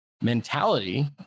mentality